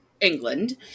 England